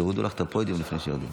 שיורידו לך את הפודיום לפני שיורדים.